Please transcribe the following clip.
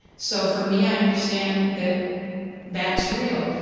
so, for me, i understand that that's real.